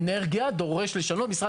משבר